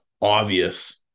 obvious